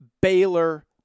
Baylor